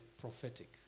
prophetic